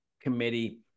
committee